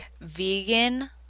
vegan